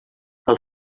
del